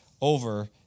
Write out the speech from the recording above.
over